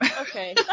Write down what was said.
Okay